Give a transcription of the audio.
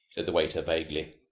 said the waiter vaguely.